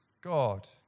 God